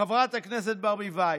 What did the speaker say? חברת הכנסת ברביבאי,